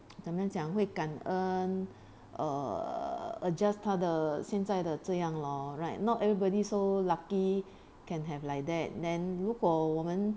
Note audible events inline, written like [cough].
[noise] 怎样讲会感恩 err adjust 他的现在的这样 lor right not everybody so lucky can have like that then 如果我们